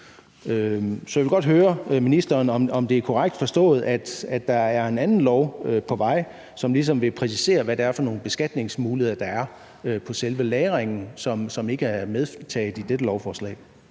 Så jeg vil godt høre ministeren, om det er korrekt forstået, at der er en anden lov på vej, som ligesom vil præcisere, hvad for nogle beskatningsmuligheder der er på selve lagringen, som ikke er medtaget i dette lovforslag.